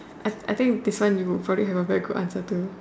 I I think this one you probably have a very good answer to